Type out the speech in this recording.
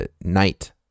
Night